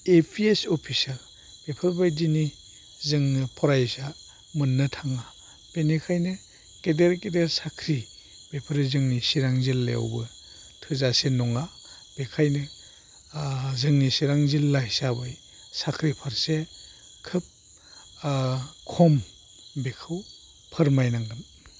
ए P S officer बेफोरबायदिनि जोंनो फरायसा मोननो थाङा बेनिखायनो गेदेर गेदेर साख्रि बेफोरो जोंनि चिरां जिल्लायावबो थोजासे नङा बेखायनो जोंनि चिरां जिल्ला हिसाबै साख्रि फारसे खोब खम बेखौ फोरमायनांगोन